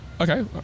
Okay